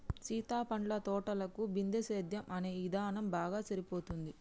సీత పండ్ల తోటలకు బిందుసేద్యం అనే ఇధానం బాగా సరిపోతుంది